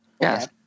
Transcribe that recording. Yes